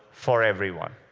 for everyone.